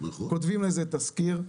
כותבים לזה תזכיר,